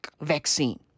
vaccine